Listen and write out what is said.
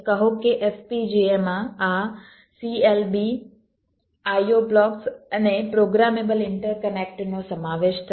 કહો કે FPGA માં આ CLB IO બ્લોક્સ અને પ્રોગ્રામેબલ ઇન્ટરકનેક્ટનો સમાવેશ થશે